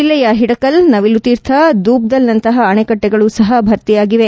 ಜಲ್ಲೆಯ ಹಿಡಕಲ್ ನವಿಲು ತೀರ್ಥ ದೂಪ್ಪಲ್ನಂತಪ ಅಣೆಕಟ್ಟೆಗಳು ಸಪ ಭರ್ತಿಯಾಗಿವೆ